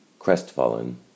Crestfallen